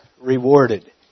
rewarded